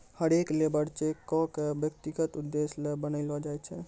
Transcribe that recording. हरेक लेबर चेको क व्यक्तिगत उद्देश्य ल बनैलो जाय छै